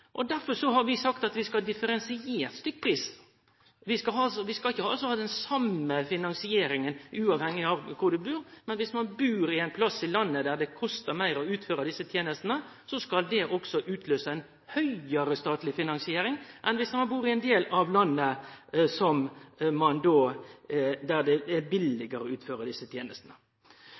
Derfor har vi sagt at vi skal ha differensiert stykkpris. Vi skal ikkje ha den same finansieringa uavhengig av kvar ein bur. Men om ein bur på ein plass i landet der det kostar meir å utføre desse tenestene, skal det også utløyse ei høgare statleg finansiering enn om ein bur i ein del av landet der det er billegare å utføre desse tenestene.